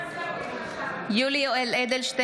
(קוראת בשמות חברי הכנסת) יולי יואל אדלשטיין,